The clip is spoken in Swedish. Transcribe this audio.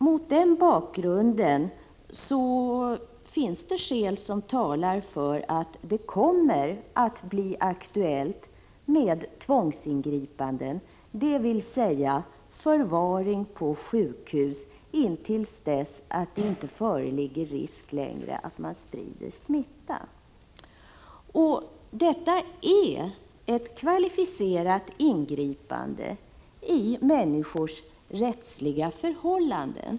Mot den bakgrunden finns det skäl som talar för att det kommer att bli aktuellt med tvångsingripanden, dvs. förvaring på sjukhus till dess att det inte längre föreligger risk för smittspridning. Det är ett kvalificerat ingripande i människors rättsliga förhållanden.